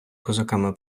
козаками